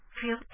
feel